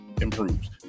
improves